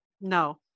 no